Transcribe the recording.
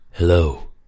Hello